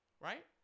Right